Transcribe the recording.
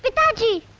but daddy!